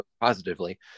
positively